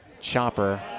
Chopper